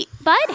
bud